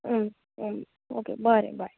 जाता बरें बाय